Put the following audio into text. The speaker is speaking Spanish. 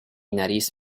nariz